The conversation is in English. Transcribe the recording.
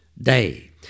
day